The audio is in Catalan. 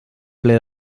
ple